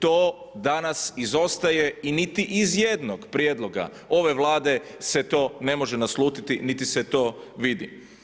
To danas izostaje i niti iz jednog prijedloga ove Vlade se to ne može naslutiti niti se to vidi.